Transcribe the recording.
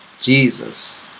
Jesus